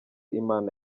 imana